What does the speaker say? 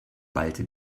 ballte